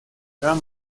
hört